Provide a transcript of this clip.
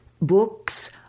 books